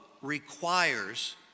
requires